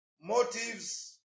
motives